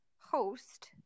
host